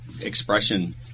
Expression